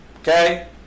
Okay